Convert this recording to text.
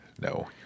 No